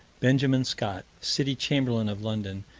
benjamin scott, city chamberlain of london,